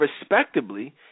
respectably